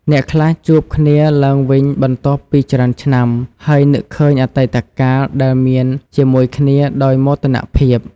អ្នកខ្លះជួបគ្នាឡើងវិញបន្ទាប់ពីច្រើនឆ្នាំ ហើយនឹកឃើញអតីតកាលដែលមានជាមួយគ្នាដោយមោទនភាព។